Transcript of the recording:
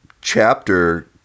chapter